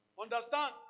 Understand